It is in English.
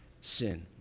sin